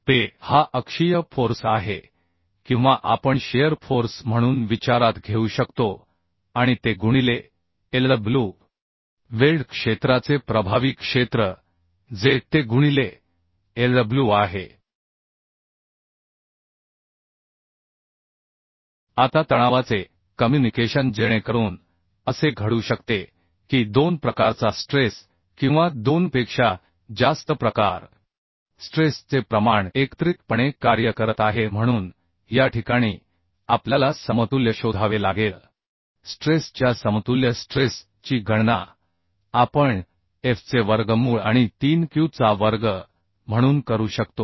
Pe हा अक्षीय force आहे किंवा आपण शिअर फोर्स म्हणून विचारात घेऊ शकतो आणि te गुणिले Lw वेल्ड क्षेत्राचे प्रभावी क्षेत्र जे te गुणिले Lw आहे आता तणावाचे कम्युनिकेशन जेणेकरून असे घडू शकते की दोन प्रकारचा स्ट्रेस किंवा दोनपेक्षा जास्त प्रकार स्ट्रेस चे प्रमाण एकत्रितपणे कार्य करत आहे म्हणून या ठिकाणी आपल्याला समतुल्य शोधावे लागेल स्ट्रेस च्या समतुल्य स्ट्रेस ची गणना आपण f चे वर्गमूळ आणि 3q चा वर्ग म्हणून करू शकतो